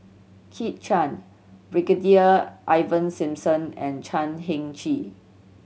Kit Chan Brigadier Ivan Simson and Chan Heng Chee